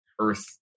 Earth